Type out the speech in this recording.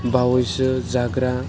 बावैसो जाग्रा